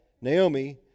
Naomi